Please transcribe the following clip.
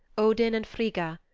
odin and frigga,